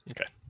Okay